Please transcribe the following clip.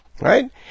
Right